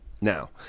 Now